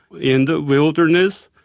in the wilderness.